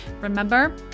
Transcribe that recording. Remember